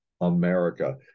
America